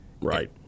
Right